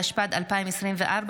התשפ"ד 2024,